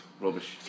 rubbish